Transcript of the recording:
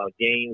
games